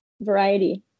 variety